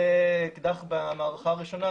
זה אקדח במערכה הראשונה,